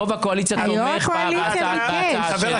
רוב הקואליציה תומך בהצעה שלי.